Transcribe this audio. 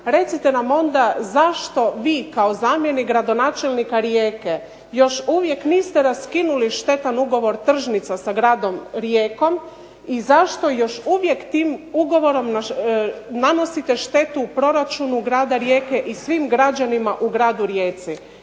recite nam onda zašto vi kao zamjenik gradonačelnika Rijeke još uvijek niste raskinuli štetan ugovor tržnica sa gradom Rijekom i zašto još uvijek tim ugovorom nanosite štetu u proračunu grada Rijeke i svim građanima u gradu Rijeci?